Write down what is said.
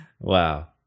Wow